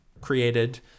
created